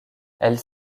elles